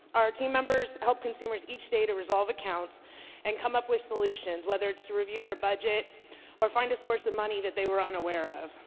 our team members help consumers each day to resolve accounts and come up with solutions, whether it's to review their budget or find a source of money that they were unaware of.